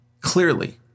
Clearly